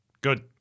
Good